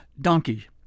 donkey